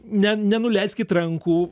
ne nenuleiskit rankų